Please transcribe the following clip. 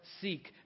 seek